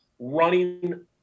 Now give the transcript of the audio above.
running